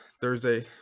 Thursday